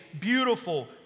beautiful